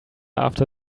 after